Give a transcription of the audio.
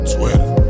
Twitter